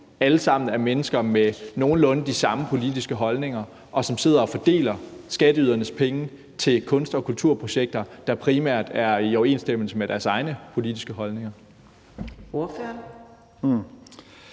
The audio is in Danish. alle sammen er mennesker med nogenlunde de samme politiske holdninger, som sidder og fordeler skatteydernes penge til kunst- og kulturprojekter, der primært er i overensstemmelse med deres egne politiske holdninger?